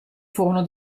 furono